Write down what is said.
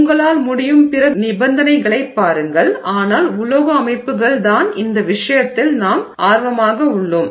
உங்களால் முடியும் பிற நிபந்தனைகளைப் பாருங்கள் ஆனால் உலோக அமைப்புகள் தான் இந்த விஷயத்தில் நாம் ஆர்வமாக உள்ளோம்